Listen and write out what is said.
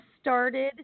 started